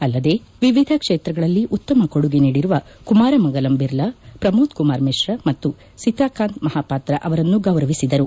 ಅಲ್ಲದೆ ವಿವಿಧ ಕ್ಷೇತ್ರಗಳಲ್ಲಿ ಉತ್ತಮ ಕೊಡುಗೆ ನೀಡಿರುವ ಕುಮಾರ ಮಂಗಲಂ ಬಿರ್ಲಾ ಪ್ರಮೋದ್ ಕುಮಾರ್ ಮಿಶಾ ಮತ್ತು ಸಿತಾಕಾಂತ್ ಮಹಾಪಾತ್ರ ಅವರನ್ನು ಗೌರವಿಸಿದರು